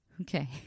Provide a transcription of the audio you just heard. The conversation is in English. Okay